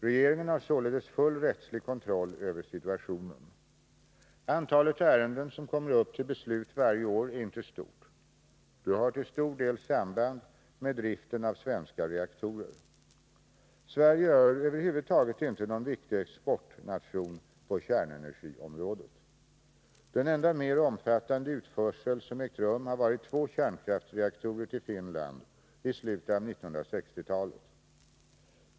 Regeringen har således full rättslig kontroll över situationen. Antalet ärenden som kommer upp till beslut varje år är inte stort. De har till stor del samband med driften av svenska reaktorer. Sverige är över huvud taget inte någon viktig exportnation på kärnenergiområdet. Den enda mer omfattande utförsel som ägt rum har varit två kärnkraftreaktorer till Finland i slutet av 1960-talet.